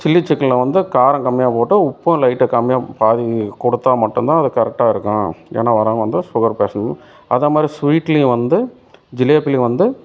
chilli சிக்கனில் வந்து காரம் கம்மியாக போட்டு உப்பும் லைட்டா கம்மியாக பாதி கொடுத்தா மட்டும்தான் அது கரெக்டாக இருக்கும் ஏனால் வரவங்க வந்து சுகர் பேஷண்ட் அதே மாதிரி ஸ்வீட்லையும் வந்து ஜிலேப்பிலேயும் வந்து